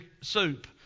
soup